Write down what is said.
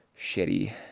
shitty